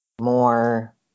more